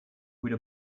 with